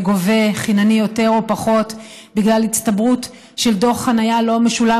גובה חינני יותר או פחות בגלל הצטברות של דוח חנייה לא משולם,